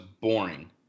boring